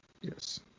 Yes